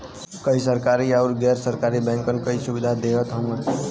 कई सरकरी आउर गैर सरकारी बैंकन कई सुविधा देवत हउवन